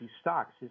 stocks